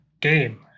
game